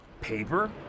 Paper